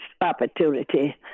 opportunity